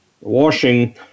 washing